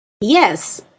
Yes